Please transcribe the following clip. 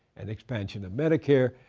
an expansion of medicare,